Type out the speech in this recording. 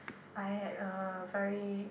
I had a very